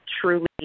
truly